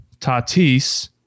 Tatis